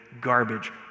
garbage